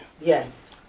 Yes